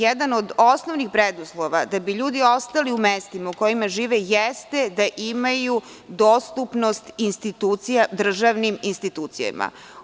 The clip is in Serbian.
Jedan od osnovnih preduslova da bi ljudi ostali u mestima u kojima žive jeste da imaju dostupnost institucija, državnim institucijama.